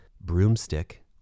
broomstick